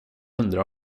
undrar